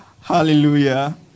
Hallelujah